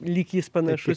lyg jis panašus